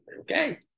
Okay